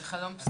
לסיכום.